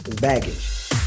baggage